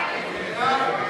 סעיף 13,